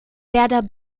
werder